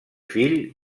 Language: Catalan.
fill